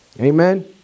Amen